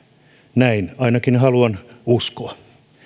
näin ainakin haluan uskoa